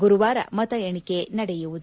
ಗುರುವಾರ ಮತ ಎಣಿಕೆ ನಡೆಯುವುದು